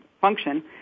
function